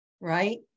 right